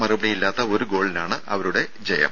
മറുപടിയില്ലാത്ത ഒരു ഗോളിനാണ് അവരുടെ വിജയം